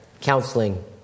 counseling